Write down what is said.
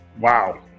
Wow